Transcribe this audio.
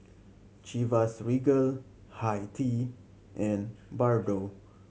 Chivas Regal Hi Tea and Bardot